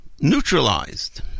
neutralized